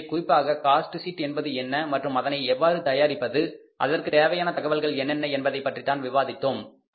எனவே குறிப்பாக cost sheet என்பது என்ன மற்றும் அதனை எவ்வாறு தயாரிப்பது அதற்கு தேவையான தகவல்கள் என்னென்ன என்பதைப்பற்றித்தான் விவாதித்தோம்